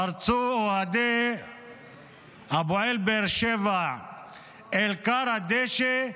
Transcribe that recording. פרצו אוהדי הפועל באר שבע אל כר הדשא,